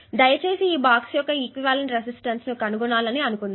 దయచేసి ఈ బాక్స్ యొక్క ఈక్వివలెంట్ రెసిస్టెన్స్ ను కనుగొనాలి అనుకుందాం